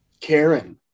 Karen